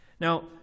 Now